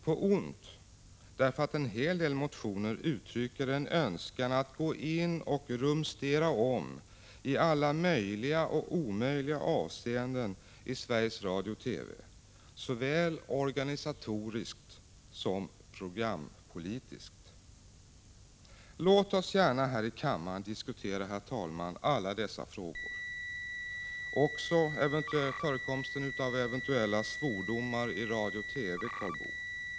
På ont därför att en hel del motioner uttrycker en önskan att gå in och rumstera om i alla möjliga och omöjliga avseenden i Sveriges Radio/TV — såväl organisatoriskt som programpolitiskt. Låt oss gärna, herr talman, här i kammaren diskutera alla dessa frågor, också förekomsten av eventuella svordomar i radio och TV, Karl Boo.